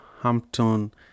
Hampton